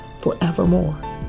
forevermore